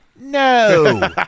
No